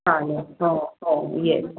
चालेल हो हो येस